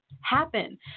happen